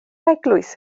eglwys